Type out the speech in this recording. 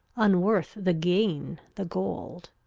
unworth the gain the gold.